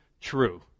true